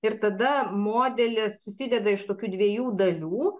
ir tada modelis susideda iš tokių dviejų dalių